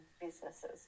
businesses